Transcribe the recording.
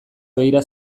begira